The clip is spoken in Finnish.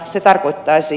se tarkoittaisi